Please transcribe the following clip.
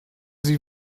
sie